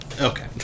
Okay